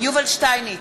יובל שטייניץ,